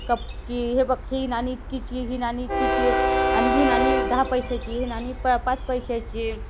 cup की हे बघ ही नाणी इतकीची ही नाणी इतकीची आहे आणि ही नाणी दहा पैशाची ही नाणी प पाच पैशाची